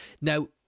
Now